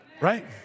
right